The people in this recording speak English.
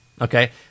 okay